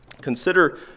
Consider